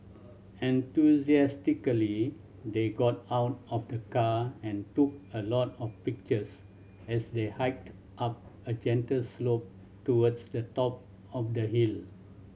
enthusiastically they got out of the car and took a lot of pictures as they hiked up a gentle slope towards the top of the hill